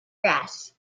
grass